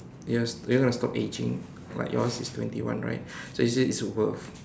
yes you want to stop aging like yours is twenty one right so is it it's worth